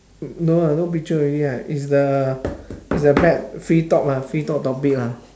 n~ no lah no picture already right is the is the part free talk lah free talk topic lah